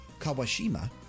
Kawashima